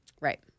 Right